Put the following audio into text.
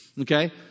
Okay